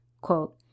Quote